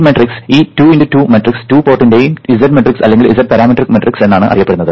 ഈ മാട്രിക്സ് ഈ 2 x 2 matrix 2 പോർട്ടിന്റെ Z മാട്രിക്സ് അല്ലെങ്കിൽ Z പാരാമീറ്റർ മാട്രിക്സ് എന്നാണ് അറിയപ്പെടുന്നത്